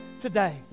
today